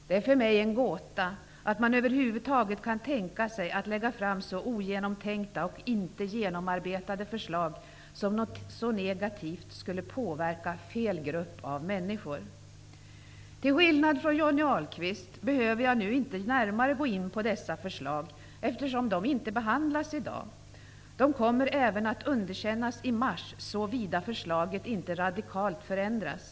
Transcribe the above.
Det är för mig en gåta att man över huvud taget kan tänka sig att lägga fram så ogenomtänkta och ogenomarbetade förslag som så negativt skulle påverka fel grupp av människor. Till skillnad från Johnny Ahlqvist behöver jag nu inte närmare gå in på dessa förslag, eftersom de inte behandlas i dag. De kommer även att underkännas i mars, såvida förslaget inte radikalt ändras.